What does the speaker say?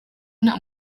nta